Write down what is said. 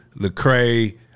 Lecrae